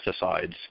pesticides